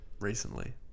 recently